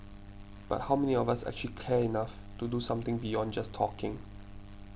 but how many of us actually care enough to do something beyond just talking